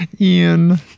Ian